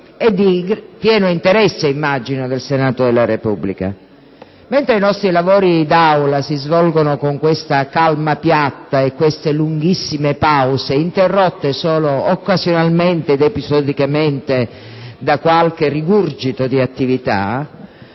e di pieno interesse - immagino - del Senato della Repubblica. Mentre i nostri lavori d'Aula si svolgono con questa calma piatta e queste lunghissime pause, interrotte solo occasionalmente ed episodicamente da qualche rigurgito di attività,